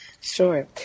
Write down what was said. Sure